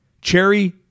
cherry